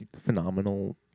phenomenal